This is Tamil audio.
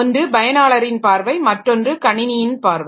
ஒன்று பயனாளரின் பார்வை மற்றொன்று கணினியின் பார்வை